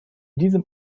diesem